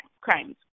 crimes